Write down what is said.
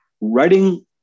writing